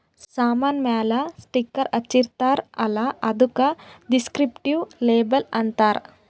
ಸಾಮಾನ್ ಮ್ಯಾಲ ಸ್ಟಿಕ್ಕರ್ ಹಚ್ಚಿರ್ತಾರ್ ಅಲ್ಲ ಅದ್ದುಕ ದಿಸ್ಕ್ರಿಪ್ಟಿವ್ ಲೇಬಲ್ ಅಂತಾರ್